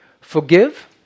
Forgive